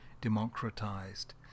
democratized